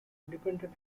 independent